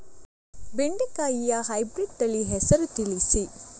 ಬೆಂಡೆಕಾಯಿಯ ಹೈಬ್ರಿಡ್ ತಳಿ ಹೆಸರು ತಿಳಿಸಿ?